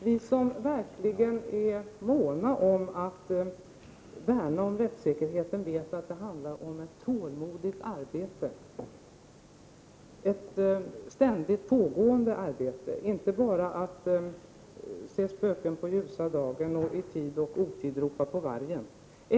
Vi som verkligen är måna om att värna om rättssäkerheten vet att det handlar om ett tålmodigt arbete, ett ständigt pågående arbete. Det är inte bara fråga om att se spöken på ljusa dagen och att i tid och otid ropa att vargen kommer.